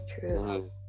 True